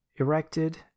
erected